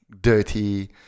dirty